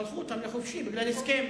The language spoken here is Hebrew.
שלחו אותם לחופשי בגלל הסכם.